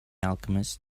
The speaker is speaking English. alchemist